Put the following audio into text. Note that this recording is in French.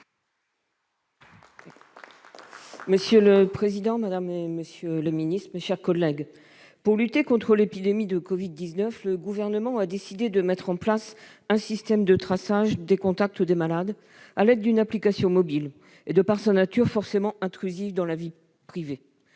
Corinne Féret, pour le groupe socialiste et républicain. Pour lutter contre l'épidémie de Covid-19, le Gouvernement a décidé de mettre en place un système de traçage des contacts des malades, à l'aide d'une application mobile et, de par sa nature, forcément intrusive dans la vie privée.